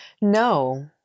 No